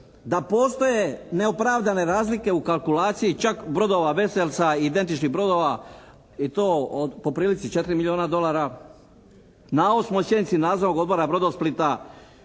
da postoje neopravdane razlike u kalkulaciji čak brodova "Veselsa" identičnih brodova i to od po prilici 4 milijuna dolara. Na 8. sjednici Nadzornog odbora Brodosplita